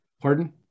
Pardon